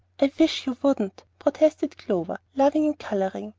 i wish you wouldn't, protested clover, laughing and coloring.